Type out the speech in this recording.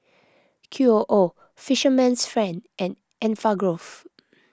Q O O Fisherman's Friend and Enfagrow